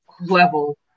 level